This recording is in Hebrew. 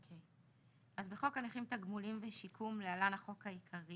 אז בחוק הנכים תגמולים ושיקום להלן החוק העיקרי.